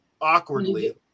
Awkwardly